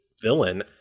villain